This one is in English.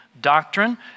doctrine